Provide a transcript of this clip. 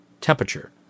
temperature